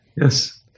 Yes